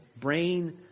brain